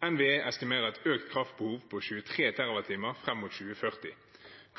NVE estimerer økt kraftbehov på 23 TWh frem mot 2040.